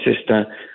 sister